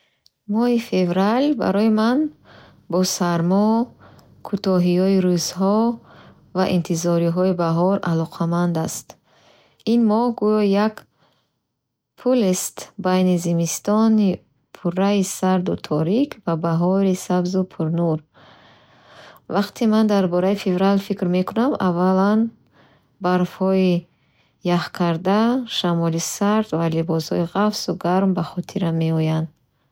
Моҳи феврал барои ман бо сармо, кӯтоҳиои рӯзҳо ва интизориҳои баҳор алоқаманд аст. Ин моҳ гӯё як пулест байни зимистони пурраи сарду торик ва баҳори сабзу пурнур. Вақте ман дар бораи феврал фикр мекунам, аввалан барфҳои яхкарда, шамоли сард ва либосҳои ғафсу гарм ба хотирам меоянд.